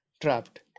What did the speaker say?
Trapped